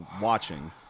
watching